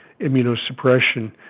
immunosuppression